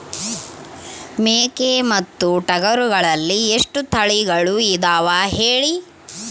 ಮೇಕೆ ಮತ್ತು ಟಗರುಗಳಲ್ಲಿ ಎಷ್ಟು ತಳಿಗಳು ಇದಾವ ಹೇಳಿ?